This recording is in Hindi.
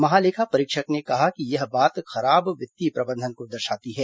महालेखा परीक्षक ने कहा कि यह बात खराब वित्तीय प्रबंधन को दर्शाती है